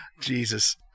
Jesus